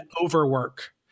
overwork